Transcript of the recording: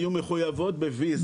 היו מחויבות בוויזה,